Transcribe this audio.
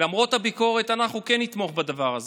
למרות הביקורת אנחנו כן נתמוך בדבר הזה,